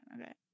Okay